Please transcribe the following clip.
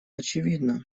очевидно